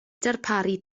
darparu